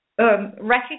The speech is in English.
Recognize